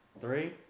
Three